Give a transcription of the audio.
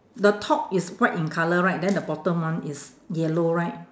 the top is white in colour right then the bottom one is yellow right